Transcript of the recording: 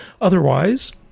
Otherwise